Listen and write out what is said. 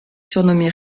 surnommé